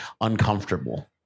uncomfortable